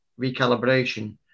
recalibration